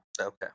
Okay